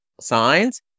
signs